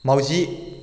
माउजि